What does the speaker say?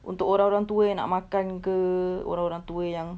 untuk orang-orang tua yang nak makan ke orang-orang tua yang